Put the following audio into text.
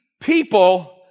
people